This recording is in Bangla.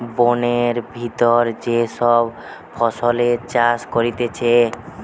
বোনের ভিতর যে সব ফসলের চাষ করতিছে